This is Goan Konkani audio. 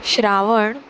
श्रावण